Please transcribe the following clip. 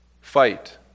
fight